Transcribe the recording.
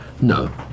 No